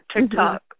TikTok